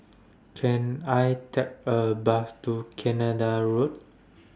Can I Take A Bus to Canada Road